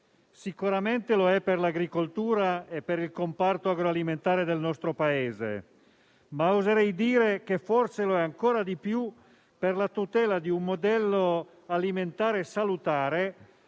sicuramente lo è per l'agricoltura e per il comparto agroalimentare del nostro Paese; ma oserei dire che forse lo è ancora di più per la tutela di un modello alimentare salutare